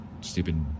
stupid